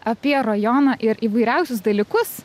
apie rajoną ir įvairiausius dalykus